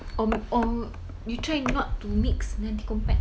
or or you try not to mix nanti pukul empat